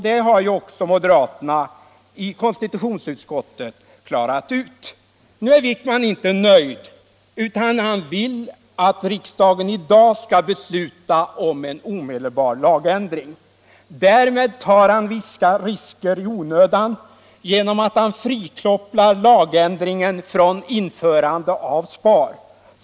Det har också moderaterna i konstitutionsutskottet blivit på det klara med. Nu är herr Wijkman inte nöjd utan vill att riksdagen i dag skall besluta om en omedelbar lagändring. Han tar då i onödan vissa risker genom att frikoppla lagändringen från införandet av SPAR.